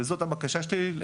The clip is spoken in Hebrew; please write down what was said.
וזאת הבקשה שלי,